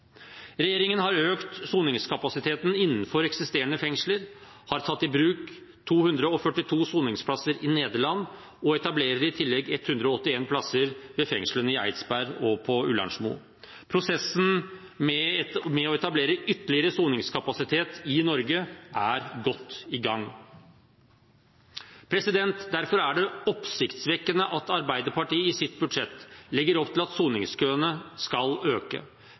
Regjeringen har økt soningskapasiteten innenfor eksisterende fengsler, har tatt i bruk 242 soningsplasser i Nederland og etablerer i tillegg 181 plasser ved fengslene i Eidsberg og på Ullersmo. Prosessene med å etablere ytterligere soningskapasitet i Norge er godt i gang. Derfor er det oppsiktsvekkende at Arbeiderpartiet i sitt budsjett legger opp til at soningskøene skal øke